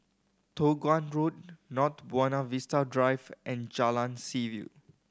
Toh Guan Road North Buona Vista Drive and Jalan Seaview